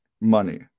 money